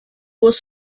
was